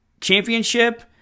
championship